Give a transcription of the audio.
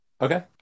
Okay